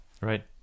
right